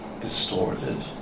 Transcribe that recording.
distorted